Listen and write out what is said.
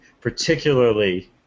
particularly